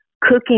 cooking